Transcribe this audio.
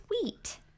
sweet